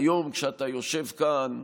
היום, כשאתה יושב כאן,